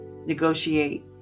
negotiate